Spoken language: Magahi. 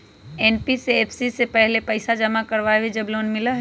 एन.बी.एफ.सी पहले पईसा जमा करवहई जब लोन मिलहई?